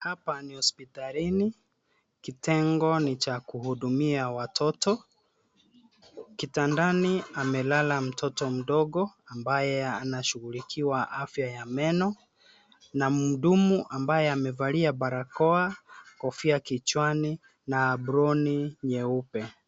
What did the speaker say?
Hapa ni hospitalini. Kitengo ni cha kuhudumia watoto. Kitandani amelala mtoto mdogo ambaye anashughulikiwa afya ya meno na mhudumu ambaye amevalia barakoa, kofia kichwani na aproni nyeupe.